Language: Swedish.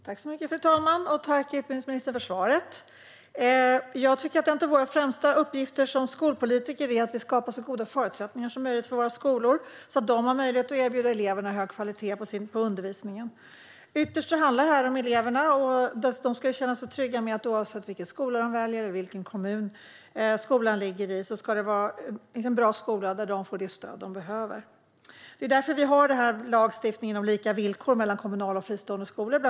Fru talman! Tack, utbildningsministern, för svaret! En av våra främsta uppgifter som skolpolitiker är att skapa så goda förutsättningar som möjligt för våra skolor, så att de har möjlighet att erbjuda eleverna hög kvalitet på undervisningen. Ytterst handlar detta om eleverna. De ska känna sig trygga med att det är en bra skola där de får det stöd som de behöver, oavsett vilken skola de väljer eller vilken kommun skolan ligger i. Det är bland annat därför vi har lagstiftningen om lika villkor för kommunala och fristående skolor.